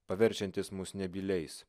paverčiantis mus nebyliais